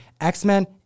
X-Men